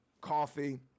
coffee